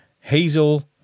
hazel